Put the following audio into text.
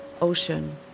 ocean